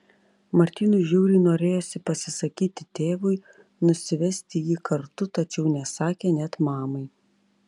martynui žiauriai norėjosi pasisakyti tėvui nusivesti jį kartu tačiau nesakė net mamai